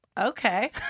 Okay